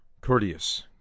courteous